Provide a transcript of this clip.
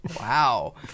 Wow